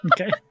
Okay